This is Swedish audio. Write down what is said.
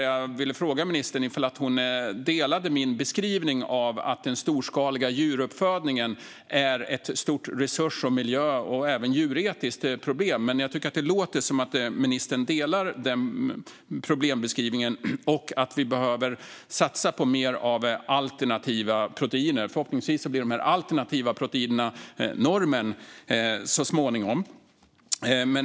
Jag vill fråga ministern om hon håller med om min beskrivning att den storskaliga djuruppfödningen är ett stort resurs och miljöproblem och även ett djuretiskt problem. Jag tycker att det låter som att ministern håller med om den problembeskrivningen och att vi behöver satsa på mer av alternativa proteiner. Förhoppningsvis blir dessa alternativa proteiner normen så småningom.